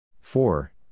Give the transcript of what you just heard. Four